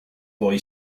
boy